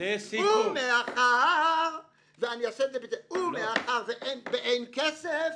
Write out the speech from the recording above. ומאחר ואין כסף,